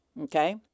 okay